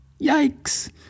Yikes